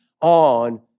on